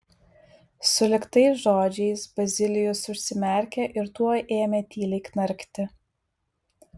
sulig tais žodžiais bazilijus užsimerkė ir tuoj ėmė tyliai knarkti